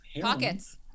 pockets